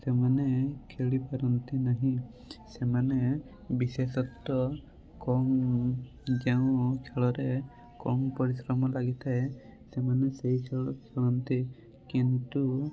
ସେମାନେ ଖେଳିପାରନ୍ତି ନାହିଁ ସେମାନେ ବିଶେଷତଃ କମ୍ ଯେଉଁ ଖେଳରେ କମ୍ ପରିଶ୍ରମ ଲାଗିଥାଏ ସେମାନେ ସେ ଖେଳ ଖେଳନ୍ତି କିନ୍ତୁ